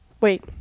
Wait